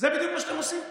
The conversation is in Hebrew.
זה בדיוק מה שאתם עושים פה.